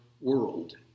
world